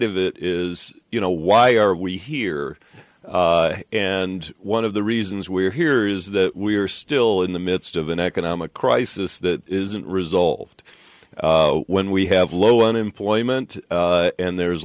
of it is you know why are we here and one of the reasons we're here is that we're still in the midst of an economic crisis that isn't result when we have low unemployment and there's